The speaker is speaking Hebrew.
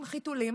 עם חיתולים.